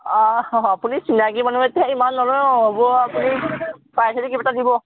অঁ আপুনি চিনাকি মানুহ যেতিয়া ইমান নলও হ'ব আপুনি চাই চিতি কিবা এটা দিব